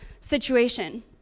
situation